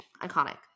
iconic